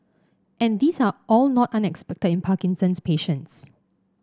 and these are all not unexpected in Parkinson's patients